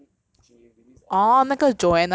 then she release a post